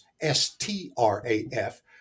S-T-R-A-F